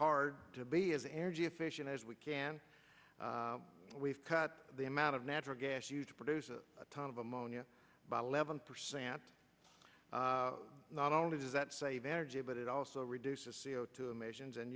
hard to be as energy efficient as we can we've cut the amount of natural gas used to produce a ton of ammonia by eleven percent not only does that save energy but it also reduces c o two emissions and